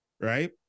right